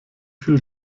viel